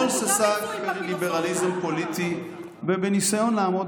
רולס עסק בליברליזם פוליטי ובניסיון לעמוד